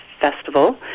festival